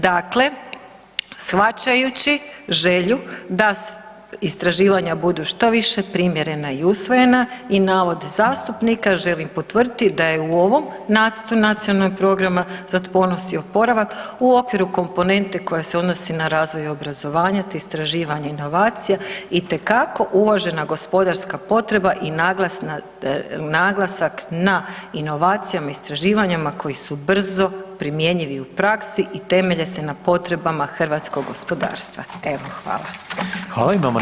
Dakle, shvaćajući želju da istraživanja budu što više primjerena i usvojena i navode zastupnika želim potvrditi da je u ovom nacrtu Nacionalnog programa za otpornost i oporavak u okviru komponente koja se odnosi na razvoj i obrazovanje te istraživanje inovacija itekako uvažena gospodarska potreba i naglasak na inovacijama, istraživanjima koji su brzo primjenjivi u praksi i temelje se na potrebama hrvatskog gospodarstva.